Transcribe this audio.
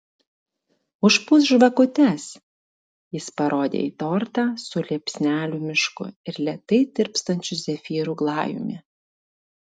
užpūsk žvakutes jis parodė į tortą su liepsnelių mišku ir lėtai tirpstančiu zefyrų glajumi